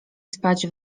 spać